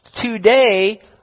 Today